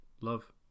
Love